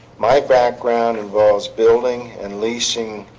my background involves building and leasing